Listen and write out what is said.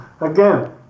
again